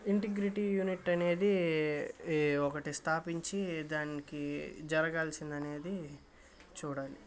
integrity unit అనేది ఒకటి స్థాపించి దానికి జరగాల్సిందనేది చూడాలి